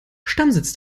stammsitz